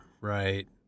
right